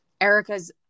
Erica's